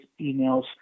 emails